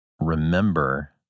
remember